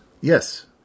Yes